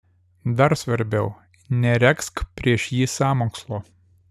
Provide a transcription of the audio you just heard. dar svarbiau neregzk prieš jį sąmokslo